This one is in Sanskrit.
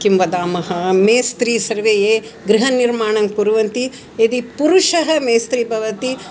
किं वदामः मेस्त्री सर्वे ये गृहनिर्माणं कुर्वन्ति यदि पुरुषः मेस्त्री भवति